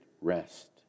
rest